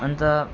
अन्त